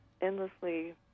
endlessly